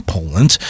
Poland